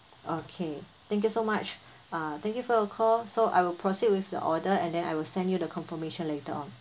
okay thank you so much uh thank you for your call so I will proceed with the order and then I will send you the confirmation later on